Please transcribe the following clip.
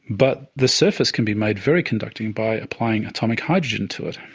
but the surface can be made very conducting by applying atomic hydrogen to it.